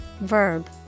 verb